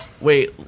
wait